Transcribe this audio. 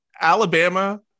Alabama